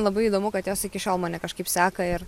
labai įdomu kad jos iki šiol mane kažkaip seka ir